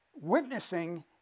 witnessing